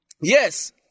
Yes